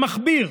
למכביר,